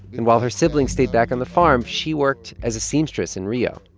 and while her siblings stayed back on the farm, she worked as a seamstress in rio.